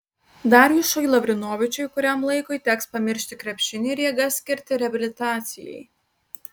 darjušui lavrinovičiui kuriam laikui teks pamiršti krepšinį ir jėgas skirti reabilitacijai